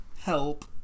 Help